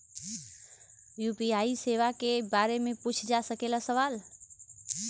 UPI सेवा के बारे में पूछ जा सकेला सवाल?